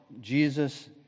Jesus